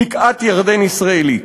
בקעת-ירדן ישראלית,